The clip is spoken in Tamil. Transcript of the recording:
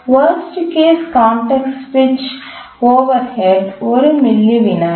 வர்ஸ்ட் கேஸ் கான்டெக்ஸ்ட் சுவிட்ச் ஓவர்ஹெட் 1 மில்லி விநாடி